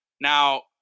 Now